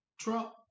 Trump